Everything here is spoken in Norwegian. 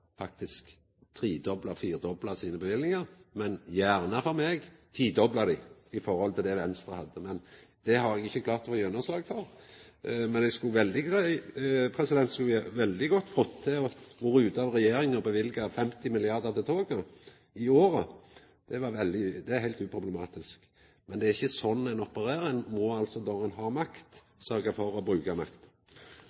faktisk har fått tredobla, firedobla løyvingane sine. For meg kunne ein gjerne tidobla dei i forhold til det Venstre hadde. Det har eg ikkje klart å få gjennomslag for. Men eg skulle veldig gjerne vore ute av regjering og løyvd 50 mrd. kr til toget – i året. Det ville vore heilt uproblematisk. Men det er ikkje sånn ein opererer. Når ein har makt, må ein sørgja for å bruka makta. Og ein